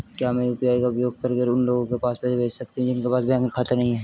क्या मैं यू.पी.आई का उपयोग करके उन लोगों के पास पैसे भेज सकती हूँ जिनके पास बैंक खाता नहीं है?